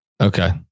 Okay